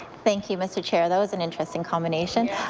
thank you, mr. chair, that was an interesting combination.